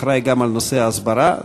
אחראי גם לנושא ההסברה,